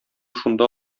шунда